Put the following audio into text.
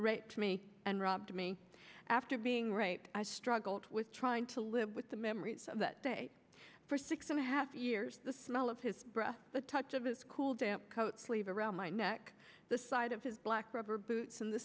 raped me and robbed me after being raped i struggled with trying to live with the memories of that day for six and a half years the smell of his breath the touch of his cool damp coat sleeve around my neck the side of his black rubber boots and the